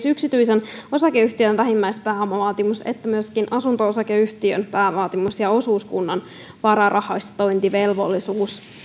yksityisen osakeyhtiön vähimmäispääomavaatimus että myöskin asunto osakeyhtiön pääomavaatimus ja osuuskunnan vararahastointivelvollisuus